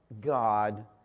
God